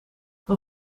hoe